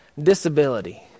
disability